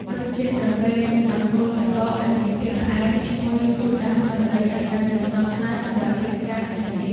រសជាតិកាហ្វេទឹកដោះគោទឹកកកដែលមានភាពផ្អែមឈ្ងុយជួយដាស់ស្មារតីឱ្យកាន់តែស្រស់ស្រាយសម្រាប់កិច្ចការថ្ងៃនេះ។